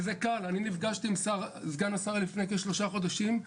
נפגשתי עם סגן השרה לפני כשלושה חודשים.